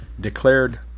declared